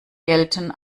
gelten